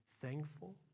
thankful